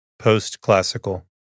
Post-Classical